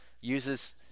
uses